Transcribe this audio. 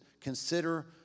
Consider